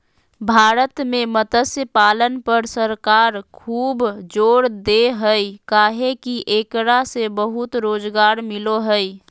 भारत में मत्स्य पालन पर सरकार खूब जोर दे हई काहे कि एकरा से बहुत रोज़गार मिलो हई